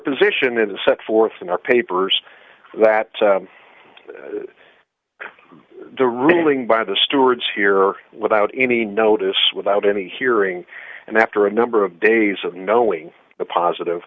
position in the set forth in our papers that the ruling by the stewards here without any notice without any hearing and after a number of days of knowing the positive